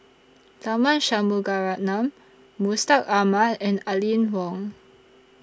Tharman Shanmugaratnam Mustaq Ahmad and Aline Wong